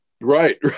Right